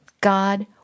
God